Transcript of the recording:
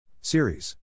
Series